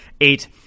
Eight